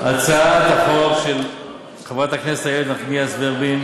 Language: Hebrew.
הצעת החוק של חברת הכנסת איילת נחמיאס ורבין,